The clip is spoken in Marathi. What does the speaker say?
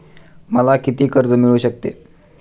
मला किती कर्ज मिळू शकते?